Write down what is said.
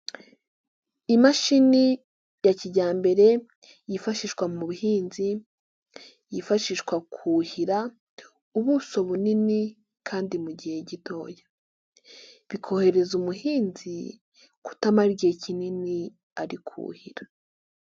Imashini ya kijyambere yifashishwa mu buhinzi, yifashishwa kuhira ubuso bunini kandi mu gihe gitoya bikohereza umuhinzi kutamara igihe kinini ari kuhira.